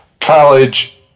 college